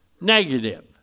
negative